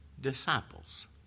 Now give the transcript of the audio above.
disciples